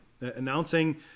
announcing